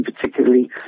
particularly